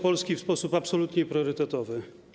Polski w sposób absolutnie priorytetowy.